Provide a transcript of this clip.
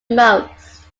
most